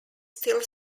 steel